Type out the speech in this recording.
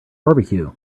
barbecue